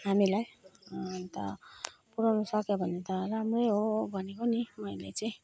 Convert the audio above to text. अन्त पुर्याउन सक्यो भने त राम्रै हो भनेको नि मैले चाहिँ